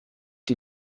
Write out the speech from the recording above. die